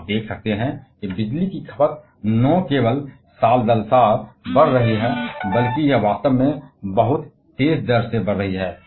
आप देख सकते हैं कि बिजली की खपत न केवल साल दर साल बढ़ रही है बल्कि यह वास्तव में बहुत तेज गति से बढ़ रही है